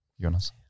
Jonas